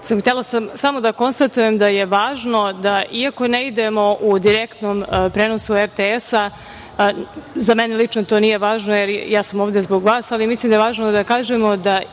htela da konstatujem da je važno da iako ne idemo u direktnom prenosu RTS, za mene lično to nije važno, jer sam ovde zbog vas, ali mislim da je važno da kažemo da